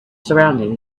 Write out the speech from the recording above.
surrounding